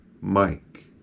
Mike